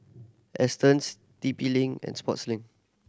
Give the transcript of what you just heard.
Astons T P Link and Sportslink